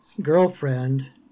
girlfriend